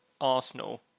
Arsenal